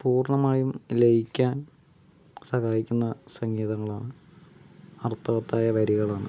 പൂർണ്ണമായും ലയിക്കാൻ സഹായിക്കുന്ന സംഗീതങ്ങളാണ് അർത്ഥവത്തായ വരികളാണ്